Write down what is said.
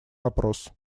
вопрос